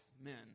men